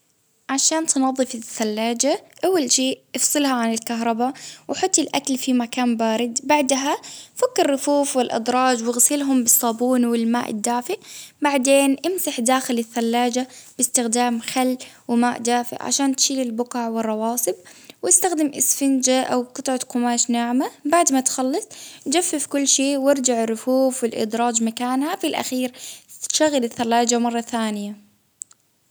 عشان تنظف الثلاجة ،أول شي إفصلها عن الكهرباء وحطي الأكل في مكان بارد ،بعدها فك الرفوف والأدراج، وإغسلهم بالصابون والماء الدافي، بعدين إمسح داخل الثلاجة بإستخدام خل وماء دافئ عشان تشيل البقع والرواسب، وإستخدم إسفنجة أو قماش ناعمة، بعد ما تخلص جفف كل شي، وإرجع الرفوف والأدراج مكانها، في الأخير شغلي الثلاجة مرة ثانية.